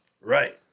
Right